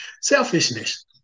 Selfishness